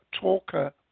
talker